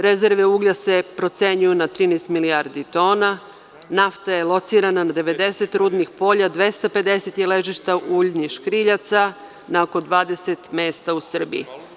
Rezerve uglja se procenjuju na 13 milijardi tona, nafta je locirana na 90 rudnih polja, 250 je ležišta u uljnih škriljaca, na oko 20 mesta u Srbiji.